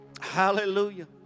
Hallelujah